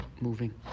moving